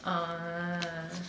orh ya lah